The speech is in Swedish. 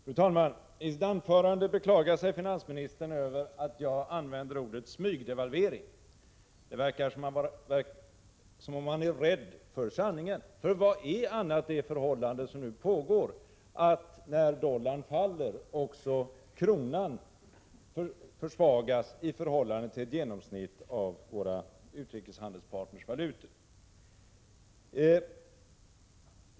Fru talman! I sitt anförande beklagar sig finansministern över att jag använder ordet smygdevalvering. Det verkar som om han är rädd för sanningen. Vad annat är det nuvarande förhållandet, att när dollarn faller också kronan försvagas i förhållande till ett genomsnitt av våra utrikeshandelspartners valutor?